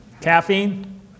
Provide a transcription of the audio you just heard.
caffeine